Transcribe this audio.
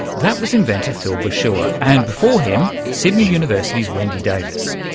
that was inventor phil bosua, and before him sydney university's wendy davis.